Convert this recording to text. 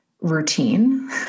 routine